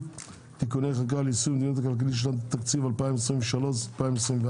(תיקוני חקיקה ליישום המדיניות הכלכלית לשנות התקציב 2023 ו-2024),